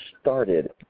started